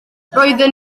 roedden